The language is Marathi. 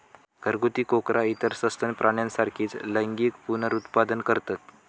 घरगुती कोकरा इतर सस्तन प्राण्यांसारखीच लैंगिक पुनरुत्पादन करतत